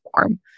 form